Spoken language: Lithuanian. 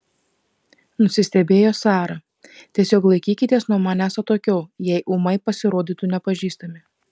nusistebėjo sara tiesiog laikykitės nuo manęs atokiau jei ūmai pasirodytų nepažįstami